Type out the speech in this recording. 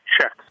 check